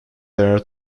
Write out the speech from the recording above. there